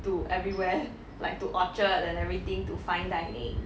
to everywhere like to orchard and everything to fine dining